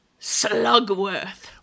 Slugworth